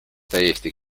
täiesti